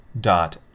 dot